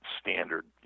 standard